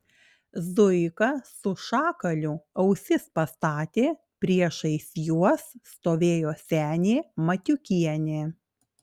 zuika su šakaliu ausis pastatė priešais juos stovėjo senė matiukienė